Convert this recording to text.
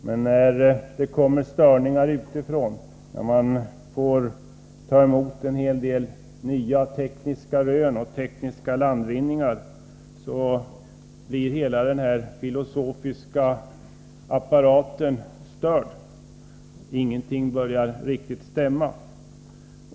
Men när det kommer störningar utifrån, när man får ta emot en hel del nya tekniska rön och landvinningar, blir hela den här filosofiska apparaten påverkad. Ingenting stämmer riktigt längre.